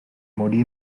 morí